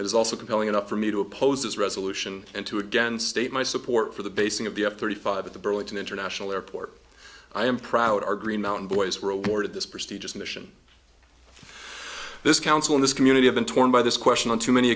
is also compelling enough for me to oppose this resolution and to again state my support for the basing of the f thirty five at the burlington international airport i am proud our green mountain boys were awarded this prestigious mission this council in this community have been torn by this question on too many